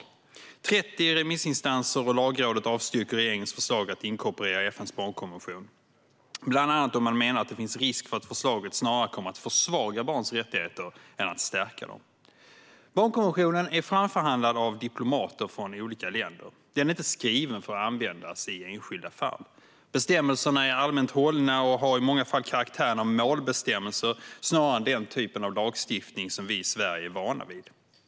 Lagrådet och 30 remissinstanser avstyrker regeringens förslag att inkorporera FN:s barnkonvention bland annat för att man menar att det finns risk för att förslaget snarare kommer att försvaga barns rättigheter än stärka dem. Barnkonventionen är framförhandlad av diplomater från olika länder och är inte skriven för att användas i enskilda fall. Bestämmelserna är allmänt hållna och har i många fall karaktären av målbestämmelser snarare än den typ av lagstiftning som vi i Sverige är vana vid.